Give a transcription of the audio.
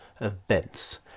events